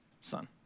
son